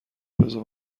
بزار